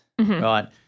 right